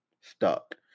stuck